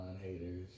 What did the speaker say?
haters